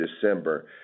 December